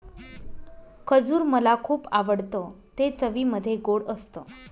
खजूर मला खुप आवडतं ते चवीमध्ये गोड असत